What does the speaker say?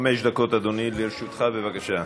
חמש דקות, אדוני, לרשותך, בבקשה.